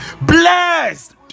blessed